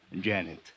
Janet